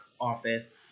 office